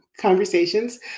conversations